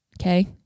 Okay